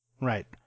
Right